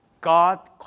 God